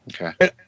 Okay